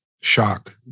shock